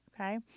okay